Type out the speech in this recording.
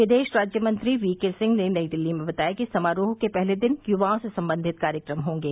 विदेश राज्यमंत्री वी के सिंह ने नई दिल्ली में बताया कि समारोह के पहले दिन युवाओं से संबंधित कार्यक्रम होंगे